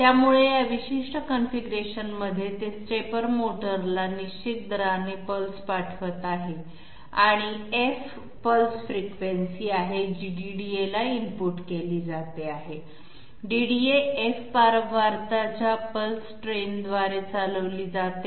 त्यामुळे या विशिष्ट कॉन्फिगरेशनमध्ये ते स्टेपर मोटरला निश्चित दराने पल्स पाठवत आहे आणि f पल्स फ्रिक्वेन्सी आहे जी डीडीएला इनपुट केली जाते आहे डीडीए f फिक्वेन्सी च्या पल्स ट्रेनद्वारे चालविली जाते